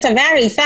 בדיון בצווי הריסה,